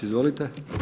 Izvolite.